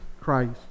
Christ